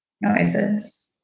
noises